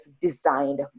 designed